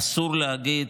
אסור להגיד: